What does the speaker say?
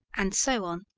and so on.